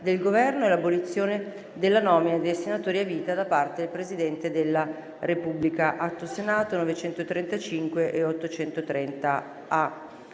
del Governo e l'abolizione della nomina dei senatori a vita da parte del Presidente della Repubblica***